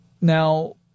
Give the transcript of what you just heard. Now